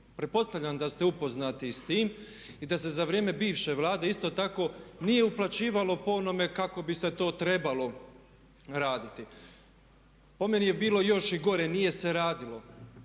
Pretpostavljam da se upoznati i s time i da se za vrijeme bivše Vlade isto tako nije uplaćivalo po onome kako bi se to trebalo raditi. Po meni je bilo još i gore, nije se radilo,